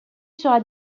sera